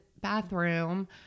bathroom